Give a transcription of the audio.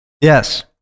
yes